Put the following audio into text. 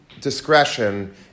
discretion